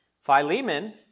Philemon